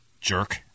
Jerk